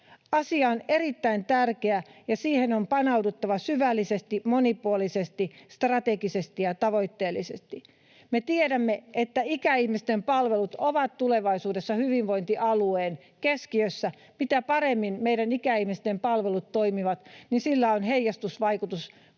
Asia on erittäin tärkeä, ja siihen on paneuduttava syvällisesti, monipuolisesti, strategisesti ja tavoitteellisesti. Me tiedämme, että ikäihmisten palvelut ovat tulevaisuudessa hyvinvointialueen keskiössä. Mitä paremmin meillä ikäihmisten palvelut toimivat, sitä laajemmin sillä on heijastusvaikutusta